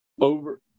Over